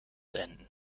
enden